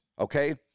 okay